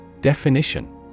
Definition